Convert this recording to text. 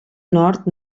nord